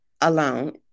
alone